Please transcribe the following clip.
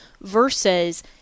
versus